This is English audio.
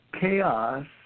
chaos